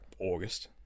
august